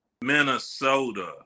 Minnesota